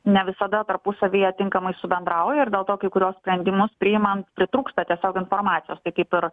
ne visada tarpusavyje tinkamai subendrauja ir dėl to kai kuriuos sprendimus priimant pritrūksta tiesiog informacijos kaip ir